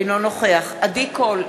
אינו נוכח עדי קול,